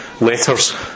letters